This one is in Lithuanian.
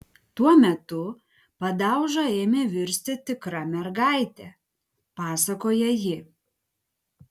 tuo metu padauža ėmė virsti tikra mergaite pasakoja ji